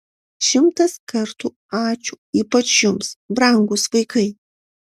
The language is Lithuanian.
šimtas kartų ačiū ypač jums brangūs vaikai